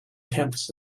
tenths